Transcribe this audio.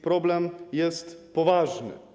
Problem jest poważny.